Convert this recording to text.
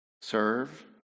serve